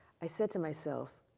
i said to myself,